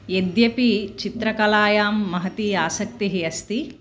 यद्यपि चित्रकलायां महती आसक्तिः अस्ति